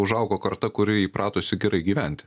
užaugo karta kuri įpratusi gerai gyventi